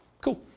Cool